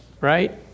right